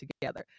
together